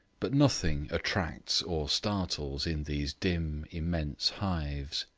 but nothing attracts or startles in these dim immense hives.